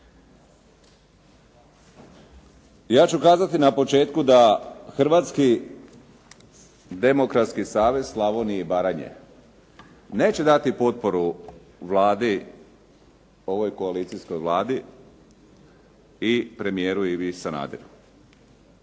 Ja ću kazati na početku da Hrvatski demokratski savez Slavonije i Baranje neće dati potporu Vladi, ovoj koalicijskoj Vladi i premijeru Ivi Sanaderu,